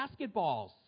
basketballs